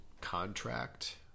contract